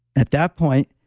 at that point,